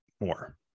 more